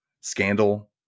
scandal